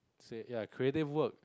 say ya creative work